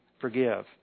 forgive